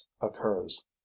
occurs